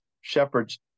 shepherds